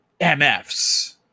MFs